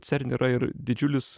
cern yra ir didžiulis